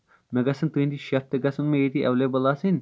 مےٚ گژھن تُہُنٛد شیف تہِ ییٚتی ایٚولیبٕل آسٕنۍ